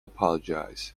apologize